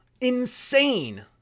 Insane